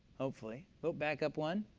hopefully. but back up one.